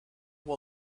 will